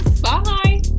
Bye